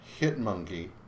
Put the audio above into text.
Hitmonkey